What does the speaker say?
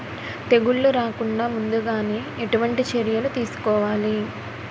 తెగుళ్ల రాకుండ ముందుగానే ఎటువంటి చర్యలు తీసుకోవాలి?